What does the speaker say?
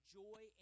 joy